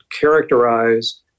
characterize